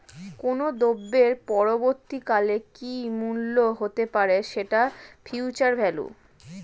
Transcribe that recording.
কোনো দ্রব্যের পরবর্তী কালে কি মূল্য হতে পারে, সেটা ফিউচার ভ্যালু